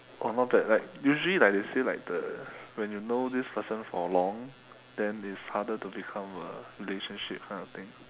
!wah! not bad like usually like they say like the when you know this person for long then it's harder to become a relationship kind of thing